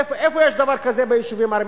איפה יש דבר כזה ביישובים הערביים?